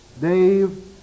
Dave